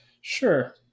Sure